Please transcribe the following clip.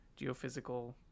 geophysical